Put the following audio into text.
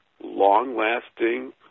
long-lasting